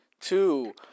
two